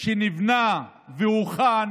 שנבנה והוכן